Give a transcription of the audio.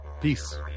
Peace